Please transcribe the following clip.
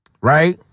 right